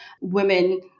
women